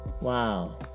Wow